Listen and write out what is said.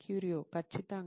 క్యూరియో ఖచ్చితంగా